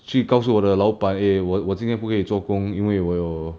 去告诉我的老板 eh 我我今天不可以做工因为我有